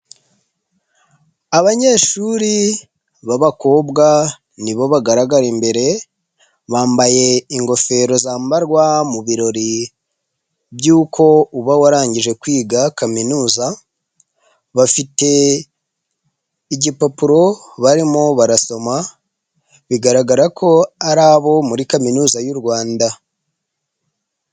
Abanyeshuri b'abakobwa nibo bagaraga imbere bambaye ingofero zambarwa mu birori by'uko uba warangije kwiga kaminuza, bafite igipapuro barimo barasoma bigaragara ko ari abo muri kaminuza y'u Rwanda.